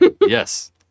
Yes